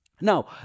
now